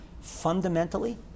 Fundamentally